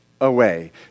away